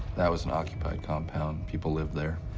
that was an occupied compound, people lived there,